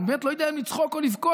אני באמת לא יודע אם לצחוק או לבכות.